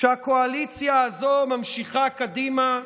שהקואליציה הזו ממשיכה קדימה,